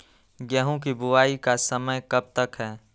गेंहू की बुवाई का समय कब तक है?